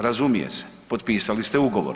Razumije se, potpisali ste ugovor.